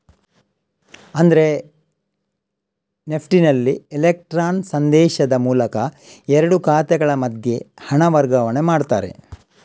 ಅಂದ್ರೆ ನೆಫ್ಟಿನಲ್ಲಿ ಇಲೆಕ್ಟ್ರಾನ್ ಸಂದೇಶದ ಮೂಲಕ ಎರಡು ಖಾತೆಗಳ ಮಧ್ಯೆ ಹಣ ವರ್ಗಾವಣೆ ಮಾಡ್ತಾರೆ